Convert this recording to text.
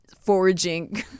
foraging